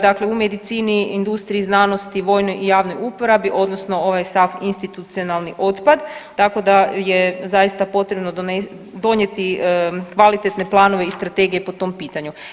Dakle, u medicini, znanosti, vojnoj i javnoj uporabi odnosno ovaj sav institucionalni otpad, tako da je zaista potrebno donijeti kvalitetne planove i strategije po tom pitanju.